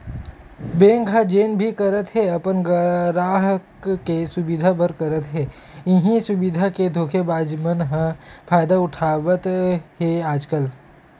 bank ह जेन भी करत हे अपन गराहक के सुबिधा बर करत हे, इहीं सुबिधा के धोखेबाज मन ह फायदा उठावत हे आजकल